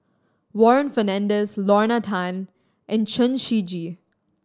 Warren Fernandez Lorna Tan and Chen Shiji